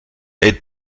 ate